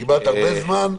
קיבלת הרבה זמן.